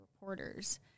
reporters